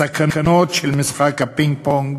הסכנות של משחק הפינג-פונג